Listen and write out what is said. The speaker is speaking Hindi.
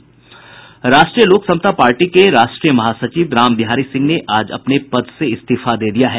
राष्ट्रीय लोक समता पार्टी के राष्ट्रीय महासचिव रामबिहारी सिंह ने आज अपने पद से इस्तीफा दे दिया है